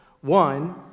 One